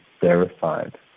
verified